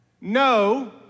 No